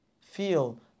feel